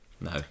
no